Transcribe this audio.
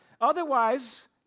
Otherwise